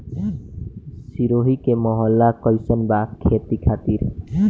सिरोही के माहौल कईसन बा खेती खातिर?